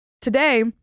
Today